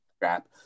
crap